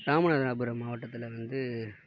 ராமநாதபுரம் மாவட்டத்தில் வந்து